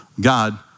God